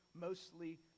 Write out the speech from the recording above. mostly